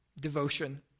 Devotion